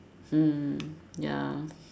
mm ya